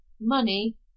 money